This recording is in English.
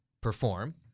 perform